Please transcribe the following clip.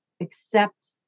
accept